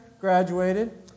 graduated